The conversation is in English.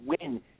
win